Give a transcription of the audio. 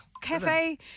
cafe